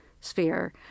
sphere